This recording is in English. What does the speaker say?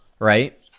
Right